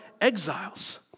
exiles